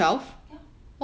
ya